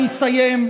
אני אסיים,